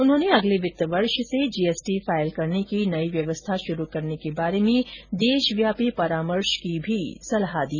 उन्होंने अगले वित्त वर्ष से जीएसटी फाइल करने की नई व्यवस्था शुरू करने के बारे में देशव्यापी परामर्श की भी सलाह दी